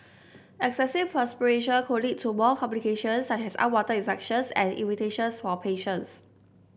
excessive perspiration could lead to more complications such as unwanted infections and irritations for patients